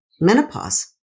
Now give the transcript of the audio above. menopause